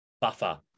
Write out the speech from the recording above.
buffer